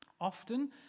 often